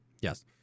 Yes